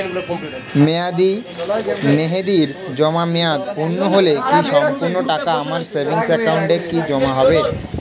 মেয়াদী মেহেদির জমা মেয়াদ পূর্ণ হলে কি সম্পূর্ণ টাকা আমার সেভিংস একাউন্টে কি জমা হবে?